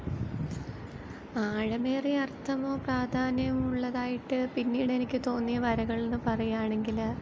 ആഴമേറിയ അർത്ഥമോ പ്രാധാന്യമുള്ളതായിട്ട് പിന്നീടെനിക്ക് തോന്നിയ വരകളെന്ന് പറയാണെങ്കിൽ